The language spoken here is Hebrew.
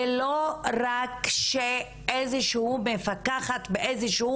ולא רק שכשאיזו שהיא מפקחת באיזה שהוא